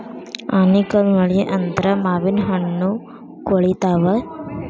ಆನಿಕಲ್ಲ್ ಮಳಿ ಆದ್ರ ಮಾವಿನಹಣ್ಣು ಕ್ವಳಿತಾವ